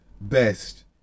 best